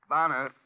Bonner